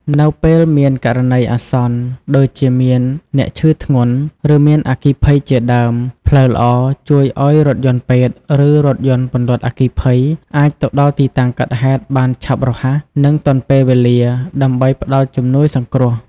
នៅពេលមានករណីអាសន្ន ដូចជាមានអ្នកឈឺធ្ងន់ ឬមានអគ្គីភ័យជាដើម ផ្លូវល្អជួយឲ្យរថយន្តពេទ្យ ឬរថយន្តពន្លត់អគ្គីភ័យ អាចទៅដល់ទីតាំងកើតហេតុបានឆាប់រហ័ស និងទាន់ពេលវេលា ដើម្បីផ្តល់ជំនួយសង្គ្រោះ។